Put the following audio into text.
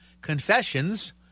Confessions